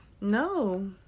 No